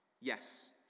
Yes